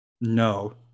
No